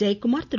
Jayakumar Thiru